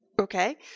Okay